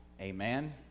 amen